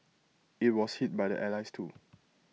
IT was hit by the allies too